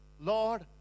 Lord